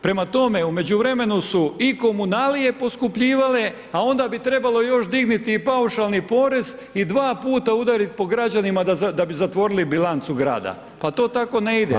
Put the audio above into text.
Prema tome u međuvremenu su i komunalije poskupljivale, a onda bi trebalo još digniti i paušalni porez i dva put udariti po građanima da bi zatvorili bilancu Grada, pa to tako ne ide.